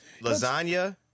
Lasagna